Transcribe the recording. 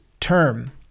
term